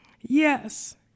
Yes